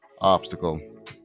obstacle